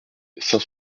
saint